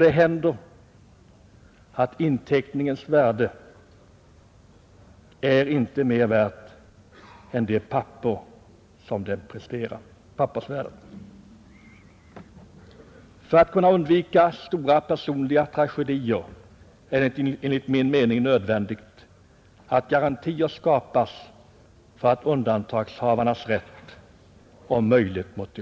Det händer att inteckningen inte blir mera värd än det papper som den är skriven på. För att undvika personliga tragedier är det enligt min mening nödvändigt att garantier skapas för att undantagshavarnas rätt